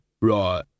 right